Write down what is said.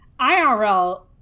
IRL